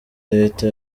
leta